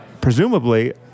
presumably